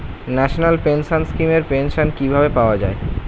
National pension scheme এর pension কিভাবে পাওয়া যায়?